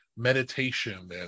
meditation